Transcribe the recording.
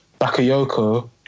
Bakayoko